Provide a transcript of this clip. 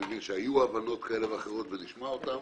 אני מבין שהיו הבנות כאלה ואחרות ונשמע אותן.